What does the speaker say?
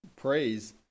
praise